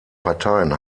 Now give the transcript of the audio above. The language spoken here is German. parteien